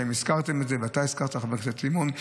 אתם הזכרתם את זה ואתה הזכרת, חבר הכנסת סימון,